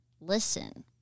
Listen